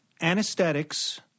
anesthetics